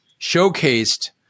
showcased